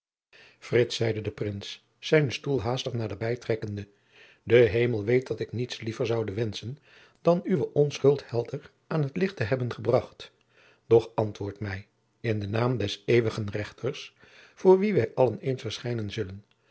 zeide de prins zijnen stoel haastig naderbij trekkende de hemel weet dat ik niets liever zoude wenschen dan uwe onschuld helder aan het licht te hebben gebracht doch antwoord mij in den naam des eeuwigen rechters voor wien wij allen eens verschijnen zullen